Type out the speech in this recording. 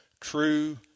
true